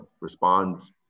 respond